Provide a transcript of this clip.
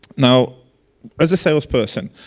now as a salesperson,